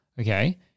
Okay